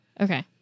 Okay